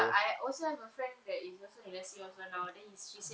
I also have a friend there is also in the same